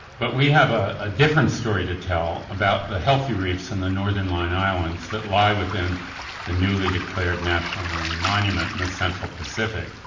but we have a ah different story to tell about the healthy reefs in the northern line islands that lie within the newly declared national marine monument in the central pacific.